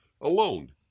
alone